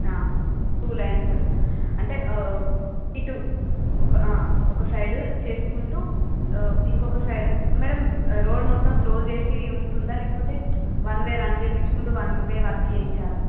ఆ two lines అంటే ఇటు ఒక ఆ ఒక సైడ్ చేసుకుంటు ఇంకొక సైడ్ మ్యాడం రోడ్ మొత్తం క్లోజ్ చేసి ఉంటుందా లేకపోతే వన్ వే రన్ చేపించుకుంటూ వన్ వే వరకు వేయించాలా